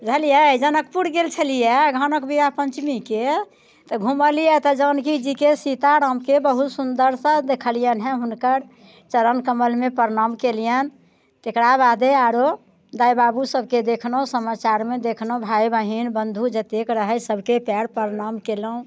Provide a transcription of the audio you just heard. बुझलियै जनकपुर गेल छलियै अगहनक बिबाह पञ्चमीके तऽ घूमलियै तऽ जानकी जीके सीता रामके बहुत सुन्दरसँ देखलियै हन हुनकर चरण कमलमे प्रणाम कयलियनि तकरा बादे आरो दाइ बाबू सबके देखलहुँ समाचारमे देखलहुँ भाय बहिन बन्धू जतेक रहै सबके पयर प्रणाम केलहुँ